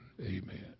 Amen